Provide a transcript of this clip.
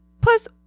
Plus